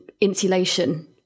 insulation